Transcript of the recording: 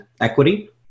equity